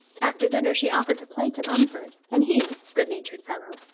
after dinner she offered to play to mumford, and he, good-natured fellow,